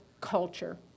culture